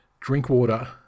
Drinkwater